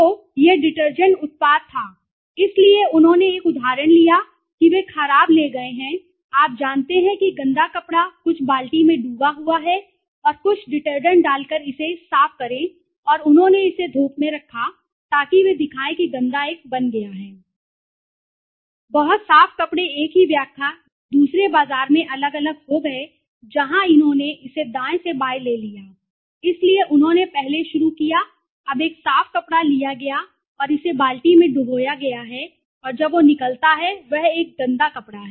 तो यह डिटर्जेंट उत्पाद का उत्पाद था इसलिए उन्होंने एक उदाहरण लिया कि वे खराब ले गए हैं आप जानते हैं कि गंदा कपड़ा कुछ बाल्टी में डूबा हुआ है और कुछ डिटर्जेंट डालकर इसे साफ करें और उन्होंने इसे धूप में रखा ताकि वे दिखाए कि गंदा एक बन गया है बहुत साफ कपड़े एक ही व्याख्या दूसरे बाजार में बाजार में अलग अलग हो गए जहां उन्होंने इसे दाएं से बाएं ले लिया इसलिए उन्होंने पहले शुरू किया अब एक साफ कपड़ा लिया गया है और इसे बाल्टी में डुबोया गया है और अब जो निकलता है वह एक गंदा है कपड़ा